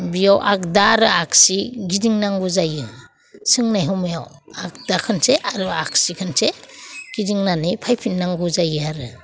बियाव आगदा आरो आगसि गिदिंनांगौ जायो सोंनाय समायाव आगदा खनसे आरो आगसि खनसे गिदिंनानै फैफिन्नांगौ जायो आरो